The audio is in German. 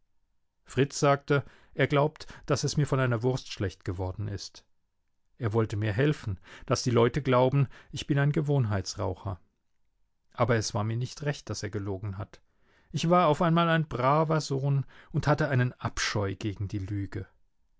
fritz sagte er glaubt daß es mir von einer wurst schlecht geworden ist er wollte mir helfen daß die leute glauben ich bin ein gewohnheitsraucher aber es war mir nicht recht daß er gelogen hat ich war auf einmal ein braver sohn und hatte einen abscheu gegen die lüge